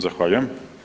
Zahvaljujem.